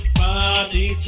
party